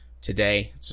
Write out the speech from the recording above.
today